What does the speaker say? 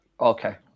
okay